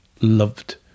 loved